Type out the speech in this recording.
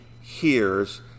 hears